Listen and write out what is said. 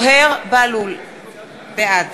בעד